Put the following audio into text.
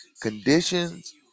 conditions